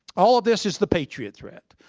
all of this is the patriot threat.